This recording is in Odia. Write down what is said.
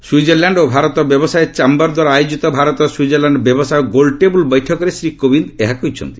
ସ୍ୱିଜରଲ୍ୟାଣ ଓ ଭାରତ ବ୍ୟବସାୟ ଚାମ୍ଘର୍ ଦ୍ୱାରା ଆୟୋଜିତ ଭାରତ ସ୍ୱିଜରଲ୍ୟାଣ୍ଡ ବ୍ୟବସାୟ ଗୋଲ୍ଟେବୁଲ୍ ବୈଠକରେ ଶ୍ରୀ କୋବିନ୍ଦ ଏହା କହିଛନ୍ତି